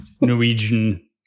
Norwegian